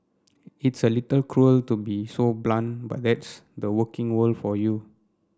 it's a little cruel to be so blunt but that's the working world for you